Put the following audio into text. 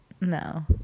no